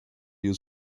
you